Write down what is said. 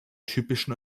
typischen